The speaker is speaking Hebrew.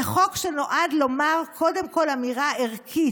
זה חוק שנועד לומר קודם כול אמירה ערכית,